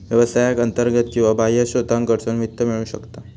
व्यवसायाक अंतर्गत किंवा बाह्य स्त्रोतांकडसून वित्त मिळू शकता